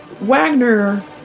Wagner